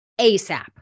ASAP